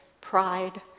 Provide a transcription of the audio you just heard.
pride